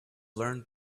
learned